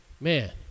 man